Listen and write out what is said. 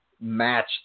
match